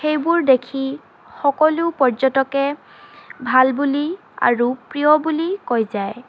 সেইবোৰ দেখি সকলো পৰ্যটকে ভাল বুলি আৰু প্ৰিয় বুলি কৈ যায়